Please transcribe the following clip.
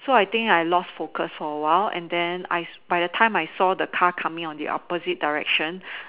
so I think I lost focus for a while and then I by the time I saw the car coming on the opposite direction